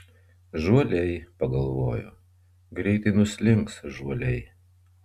žuoliai pagalvojo greitai nuslinks žuoliai